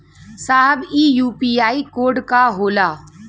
साहब इ UPI code का होला?